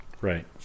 Right